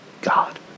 God